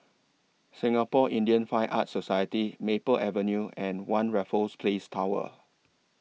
Singapore Indian Fine Arts Society Maple Avenue and one Raffles Place Tower